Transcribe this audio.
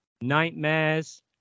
Nightmares